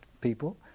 people